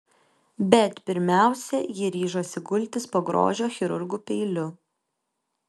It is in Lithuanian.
bet pirmiausia ji ryžosi gultis po grožio chirurgų peiliu